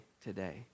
today